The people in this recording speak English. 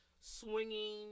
swinging